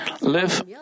live